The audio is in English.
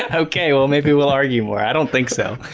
and okay, well maybe we'll argue more i don't think so